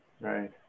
Right